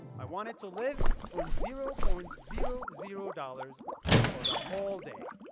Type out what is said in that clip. i wanted to live on zero point zero zero dollars for the whole day.